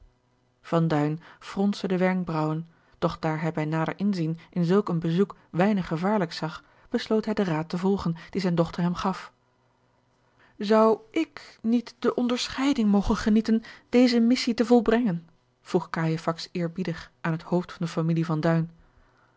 fronsde de wenkbraauwen doch daar hij bij nader inzien in zulk een bezoek weinig gevaarlijks zag besloot hij den raad te volgen die zijne dochter hem gaf zou ik niet de onderscheiding mogen genieten deze missie te volbrengen vroeg cajefax eerbiedig aan het hoofd van de familie